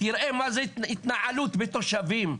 תראה מה התנהלות בתושבים.